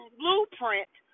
blueprint